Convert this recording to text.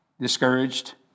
Discouraged